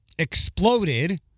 Exploded